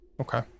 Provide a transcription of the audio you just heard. Okay